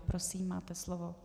Prosím, máte slovo.